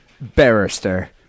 barrister